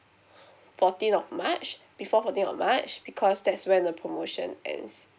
fourteenth of march before fourteenth of march because that's when the promotion ends